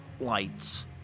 lights